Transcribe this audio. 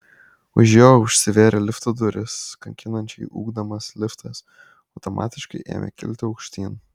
už jo užsivėrė lifto durys kankinančiai ūkdamas liftas automatiškai ėmė kilti aukštyn